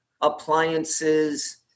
appliances